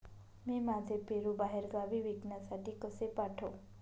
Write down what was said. मी माझे पेरू बाहेरगावी विकण्यासाठी कसे पाठवू?